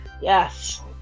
yes